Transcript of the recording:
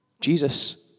Jesus